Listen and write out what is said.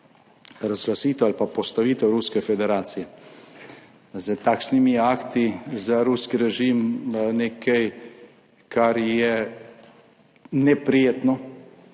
razglasitev ali pa postavitev Ruske federacije s takšnimi akti za ruski režim nekaj, kar je neprijetno